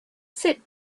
sit